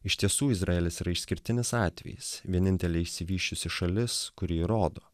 iš tiesų izraelis yra išskirtinis atvejis vienintelė išsivysčiusi šalis kuri įrodo